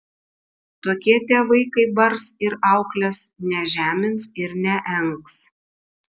tokie tėvai kai bars ir auklės nežemins ir neengs